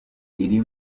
iri